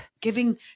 giving